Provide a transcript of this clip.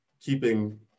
keeping